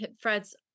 Fred's